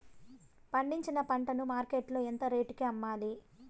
పండించిన పంట ను మార్కెట్ లో ఎంత రేటుకి అమ్మాలి?